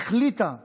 החליטה עליה,